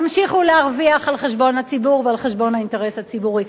תמשיכו להרוויח על חשבון הציבור ועל חשבון האינטרס הציבורי.